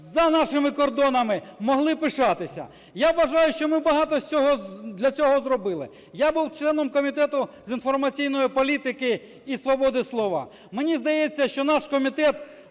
за нашими кордонами, могли пишатися. Я вважаю, що ми багато для цього зробили. Я був членом Комітету з інформаційної політики і свободи слова. Мені здається, що наш комітет